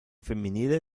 femminile